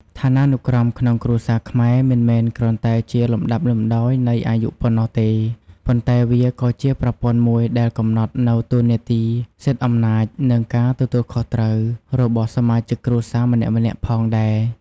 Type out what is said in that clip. ឋានានុក្រមក្នុងគ្រួសារខ្មែរ មិនមែនគ្រាន់តែជាលំដាប់លំដោយនៃអាយុប៉ុណ្ណោះទេ ប៉ុន្តែវាក៏ជាប្រព័ន្ធមួយដែលកំណត់នូវ តួនាទី សិទ្ធិអំណាច និងការទទួលខុសត្រូវ របស់សមាជិកគ្រួសារម្នាក់ៗផងដែរ។